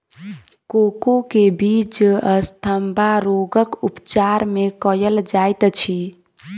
cocoa के बीज asthma रोगक उपचार मे कयल जाइत अछि